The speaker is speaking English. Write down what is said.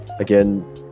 Again